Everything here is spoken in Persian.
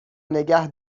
نگه